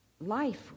life